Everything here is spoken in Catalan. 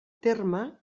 terme